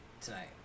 tonight